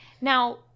Now